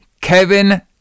Kevin